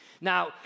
Now